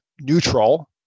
neutral